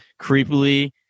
creepily